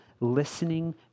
Listening